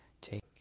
take